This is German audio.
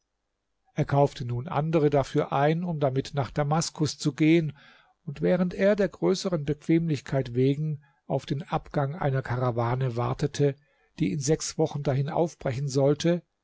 er kaufte nun andere dafür ein um damit nach damaskus zu gehen und während er der größeren bequemlichkeit wegen auf den abgang einer karawane wartete die in sechs wochen dahin aufbrechen sollte